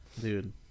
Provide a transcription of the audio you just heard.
Dude